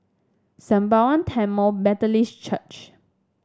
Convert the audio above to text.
Sembawang Tamil Methodist Church